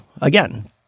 again